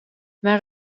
naar